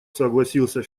согласился